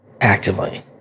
actively